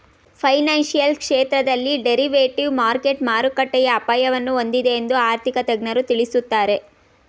financial ಕ್ಷೇತ್ರದಲ್ಲಿ derivative market ಮಾರುಕಟ್ಟೆಯ ಅಪಾಯವನ್ನು ಹೊಂದಿದೆ ಎಂದು ಆರ್ಥಿಕ ತಜ್ಞರು ತಿಳಿಸುತ್ತಾರೆ